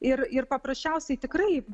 ir ir paprasčiausiai tikrai